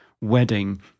wedding